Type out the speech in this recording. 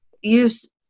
use